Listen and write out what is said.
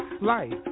life